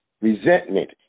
resentment